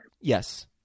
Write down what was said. Yes